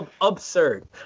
absurd